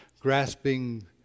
grasping